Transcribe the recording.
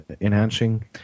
enhancing